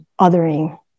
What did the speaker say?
othering